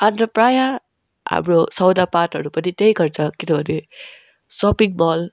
अन्त प्राय हाम्रो सौदापातहरू पनि त्यहीँ गर्छ किनभने सपिङ मल